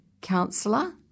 counsellor